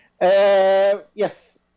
Yes